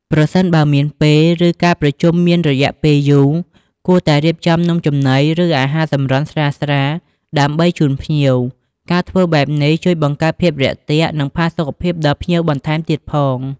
ប្រសិនបើមានពេល ឬការប្រជុំមានរយៈពេលយូរ គួរតែរៀបចំនំចំណី ឬអាហារសម្រន់ ស្រាលៗដើម្បីជូនភ្ញៀវ ការធ្វើបែបនេះជួយបង្កើនភាពរាក់ទាក់ និងផាសុកភាពដល់ភ្ញៀវបន្ថែមទៀតផង។